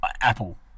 Apple